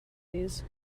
these